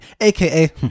AKA